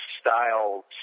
style